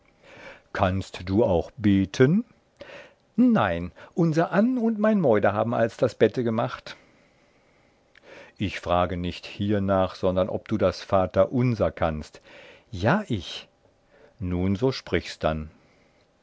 kannst du auch beten simpl nein unser ann und mein meuder haben alls das bette gemacht einsied ich frage nicht hiernach sondern ob du das vaterunser kannst simpl ja ich einsied nun so sprichs dann